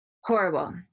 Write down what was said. horrible